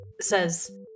says